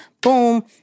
boom